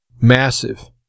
massive